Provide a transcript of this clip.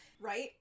right